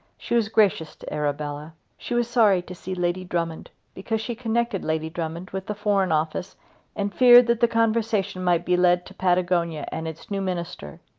she was gracious to arabella. she was sorry to see lady drummond, because she connected lady drummond with the foreign office and feared that the conversation might be led to patagonia and its new minister.